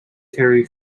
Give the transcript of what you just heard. terry